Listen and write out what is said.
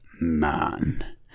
man